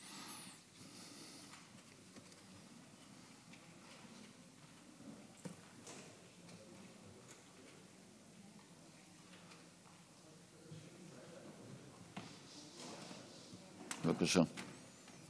בבקשה.